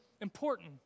important